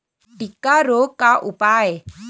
टिक्का रोग का उपाय?